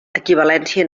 equivalència